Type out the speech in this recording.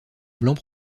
blancs